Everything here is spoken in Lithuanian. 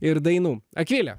ir dainų akvile